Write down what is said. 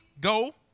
go